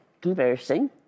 conversing